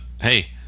hey